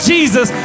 Jesus